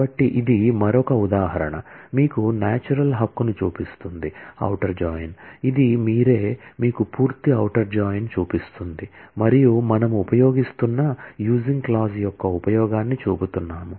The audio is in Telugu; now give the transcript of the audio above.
కాబట్టి ఇది మరొక ఉదాహరణ మీకు నాచురల్ హక్కును చూపిస్తుంది ఔటర్ జాయిన్ ఇది మీరే మీకు పూర్తి ఔటర్ జాయిన్ చూపిస్తుంది మరియు మనము ఉపయోగిస్తున్న యూసింగ్ క్లాజ్ యొక్క ఉపయోగాన్ని చూపుతున్నాము